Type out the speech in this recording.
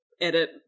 edit